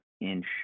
inch